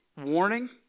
warning